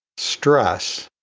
stress.